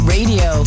Radio